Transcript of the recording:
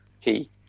Key